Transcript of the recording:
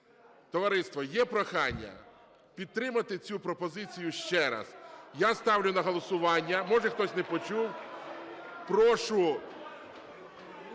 Товариство, є прохання підтримати цю пропозицію ще раз. Я ставлю на голосування, може хтось не почув. Прошу...